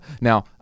Now